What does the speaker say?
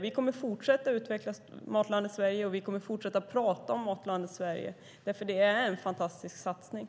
Vi kommer att fortsätta att utveckla Matlandet Sverige, och vi kommer att fortsätta att prata om Matlandet Sverige, för det är en fantastisk satsning.